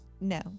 No